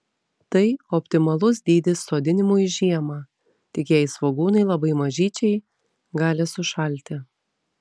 tai optimalus dydis sodinimui žiemą tik jei svogūnai labai mažyčiai gali sušalti